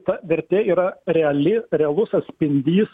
ta vertė yra reali realus atspindys